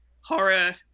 horror